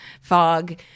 fog